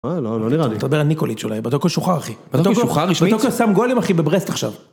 לא נראה לי, תדבר על ניקוליץ' אולי בתוקו שוחר אחי, בתוקו שוחר רשמית? בתוקו שם גואלים אחי בברסט עכשיו.